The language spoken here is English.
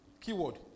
Keyword